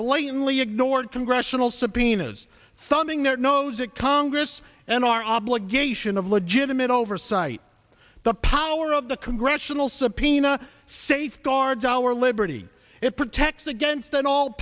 blatantly ignored congressional subpoenas thumbing their nose at congress and our obligation of legitimate oversight the power of the congressional subpoena safeguards our liberty it protects against an all